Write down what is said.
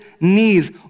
knees